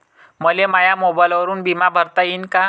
मले माया मोबाईलवरून बिमा भरता येईन का?